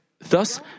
Thus